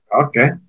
Okay